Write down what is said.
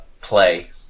play